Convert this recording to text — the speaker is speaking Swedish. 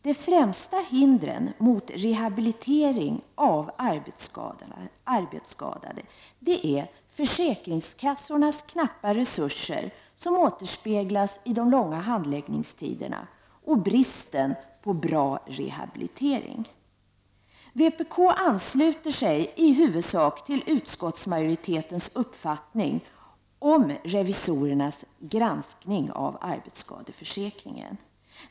De främsta hindren mot rehabilitering av arbetsskadade är försäkringskassornas knappa resurser, som återspeglas i de långa handläggningstiderna och i bristen på bra rehabilitering. Vi i vpk ansluter oss i huvudsak till utskottsmajoritetens uppfattning om revisorernas granskning av arbetsskadeförsäkringen.